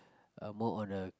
I'm more on a